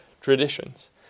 traditions